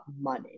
money